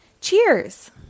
Cheers